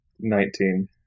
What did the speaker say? Nineteen